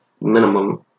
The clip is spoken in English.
minimum